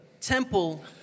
temple